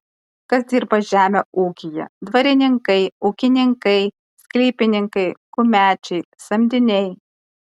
kas dirba žemę ūkyje dvarininkai ūkininkai sklypininkai kumečiai samdiniai